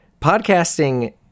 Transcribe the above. podcasting